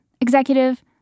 executive